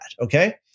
okay